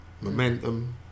Momentum